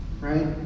right